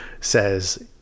says